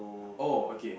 oh okay